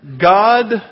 God